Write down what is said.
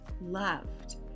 loved